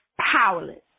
powerless